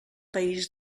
país